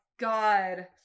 God